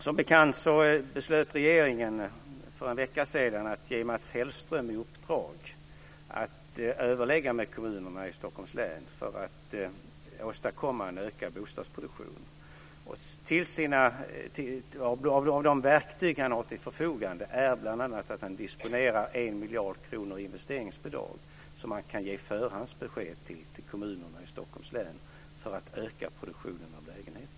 Som bekant beslutade regeringen för en vecka sedan att ge Mats Hellström i uppdrag att överlägga med kommunerna i Stockholms län för att åstadkomma en ökad bostadsproduktion. Till de verktyg som han har till sitt förfogande hör bl.a. att han disponerar en miljard kronor i investeringsbidrag som han kan ge förhandsbesked om till kommunerna i Stockholms län för att öka produktionen av lägenheter.